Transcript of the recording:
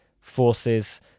forces